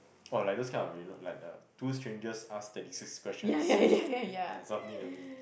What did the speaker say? or like those kind of you know like the two strangers ask thirty six questions something something